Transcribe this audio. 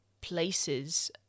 places